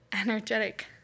energetic